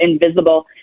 invisible